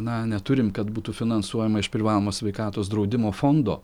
na neturim kad būtų finansuojama iš privalomo sveikatos draudimo fondo